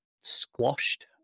squashed